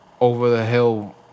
over-the-hill